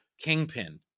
kingpin